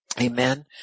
Amen